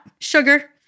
sugar